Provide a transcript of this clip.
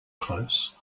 close